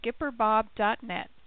skipperbob.net